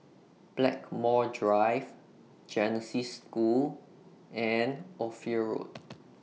Blackmore Drive Genesis School and Ophir Road